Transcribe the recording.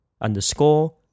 underscore